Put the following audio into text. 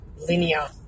linear